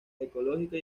ecológica